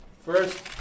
first